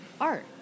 art